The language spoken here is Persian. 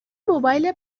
موبایل